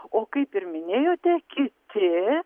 o kaip ir minėjote kiti